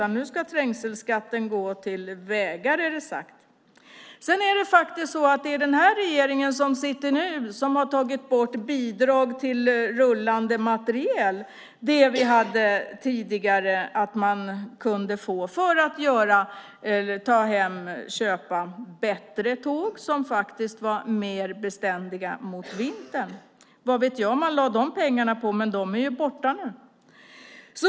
Nu ska trängselskattepengarna gå till vägar; så är det sagt. Det är nu sittande regering som har tagit bort det bidrag till rullande materiel som man tidigare kunde få för att kunna köpa bättre tåg - tåg som är mer beständiga mot vintern. Vad de pengarna lades på vet inte jag. Nu är de borta.